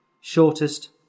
shortest